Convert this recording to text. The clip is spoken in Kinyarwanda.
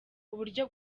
uburyo